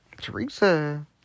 Teresa